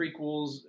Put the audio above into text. prequels